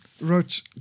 wrote